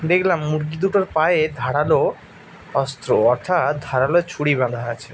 দেখলাম মুরগি দুটোর পায়ে ধারালো অস্ত্র অর্থাৎ ধারালো ছুরি বাঁধা আছে